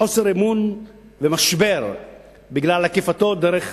חוסר אמון ומשבר בגלל עקיפתו דרך